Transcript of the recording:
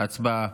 הצבעה.